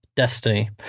Destiny